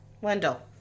Wendell